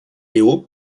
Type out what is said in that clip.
leo